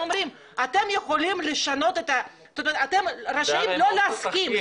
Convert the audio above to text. הם אומרים: אתם רשאים לא להסכים,